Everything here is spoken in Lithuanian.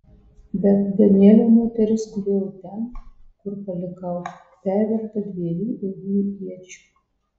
bet danielio moteris gulėjo ten kur palikau perverta dviejų ilgų iečių